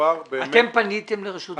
אתם פניתם לרשות המיסים?